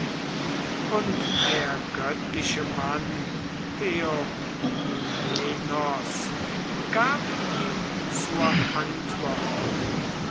und der göttliche mann theoklymenos gab ihm zur antwort